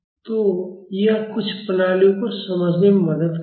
तो यह कुछ प्रणालियों को समझने में मदद करेगा